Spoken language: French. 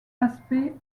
aspect